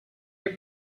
your